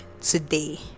today